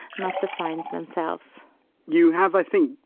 not the fines themselves you have, i think,